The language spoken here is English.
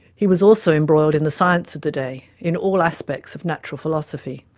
he was also embroiled in the science of the day, in all aspects of natural philosophy.